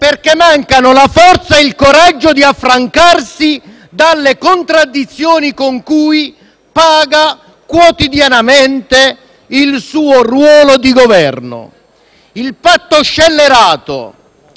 perché mancano la forza e il coraggio di affrancarsi dalle contraddizioni con cui paga quotidianamente il suo ruolo di Governo. Il patto scellerato